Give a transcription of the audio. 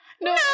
No